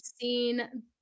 seen